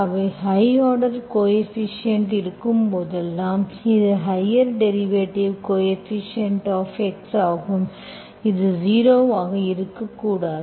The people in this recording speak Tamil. எனவே ஹை ஆர்டர் கோ எபிஷியன்ட் இருக்கும் போதெல்லாம் இது higher derivative coefficient of x ஆகும் இது ஜீரோ ஆக இருக்கக்கூடாது